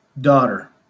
Daughter